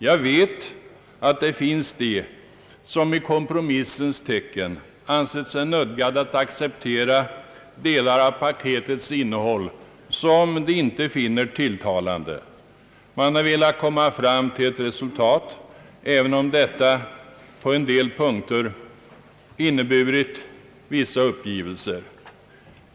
Jag vet att det finns de som i kompromissens tecken ansett sig nödgade att acceptera delar av paketets innehåll som de inte finner tilltalande. Man har velat komma fram till ett resultat, även om detta på en del punkter inneburit vissa uppgivelser.